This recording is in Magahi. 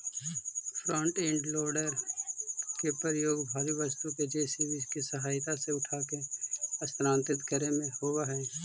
फ्रन्ट इंड लोडर के प्रयोग भारी वस्तु के जे.सी.बी के सहायता से उठाके स्थानांतरित करे में होवऽ हई